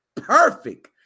perfect